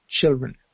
children